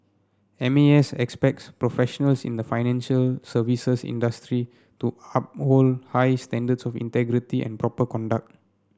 M A S expects professionals in the financial services industry to uphold high standards of integrity and proper conduct